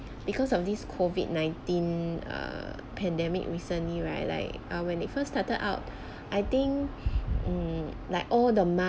because of this COVID nineteen err pandemic recently right like when it first started out I think um like all the